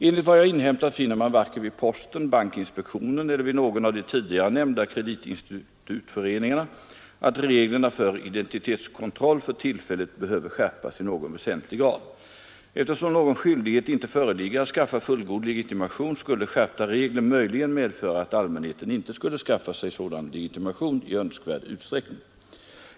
Enligt vad jag inhämtat finner man varken vid posten, bankinspektionen eller någon av de tidigare nämnda kreditinstitutföreningarna att reglerna för identitetskontroll för tillfället behöver skärpas i någon väsentlig grad. Eftersom någon skyldighet inte föreligger att skaffa fullgod legitimation skulle skärpta regler möjligen medföra att allmänheten inte skulle skaffa sig sådan legitimation i önskvärd utsträckning.